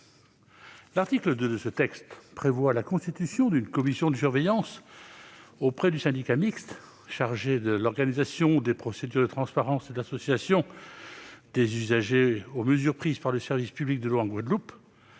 L'article 2 de ce texte prévoit la constitution d'une commission de surveillance auprès du syndicat mixte, chargée de l'organisation des procédures de transparence et d'association des usagers aux mesures prises par le service public de l'eau en Guadeloupe.